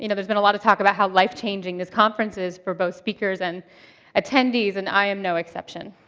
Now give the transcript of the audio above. you know there's been a lot of talk about how life-changing this conference is for both speakers and attendees, and i am no exception.